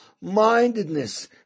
mindedness